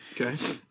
Okay